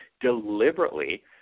deliberately